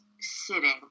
sitting